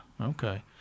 Okay